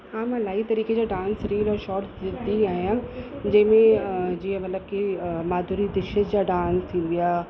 हा मां इलाही तरीक़े जा डांस रील्स ऐं शॉट्स ॾिसंदी आहियां जंहिं में जीअं मतिलबु की माधुरी दिक्षित जा डांस थी विया